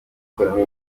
kurwara